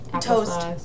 Toast